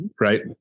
right